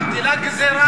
זו גזירה,